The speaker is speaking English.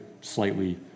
slightly